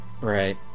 Right